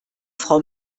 frau